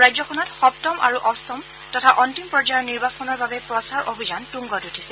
ৰাজ্যখনত সপ্তম আৰু অষ্টম তথা অন্তিম পৰ্যায়ৰ নিৰ্বাচনৰ বাবে প্ৰচাৰ অভিযান তুংগত উঠিছে